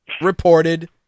reported